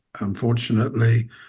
Unfortunately